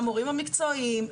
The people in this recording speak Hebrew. למורים המקצועיים,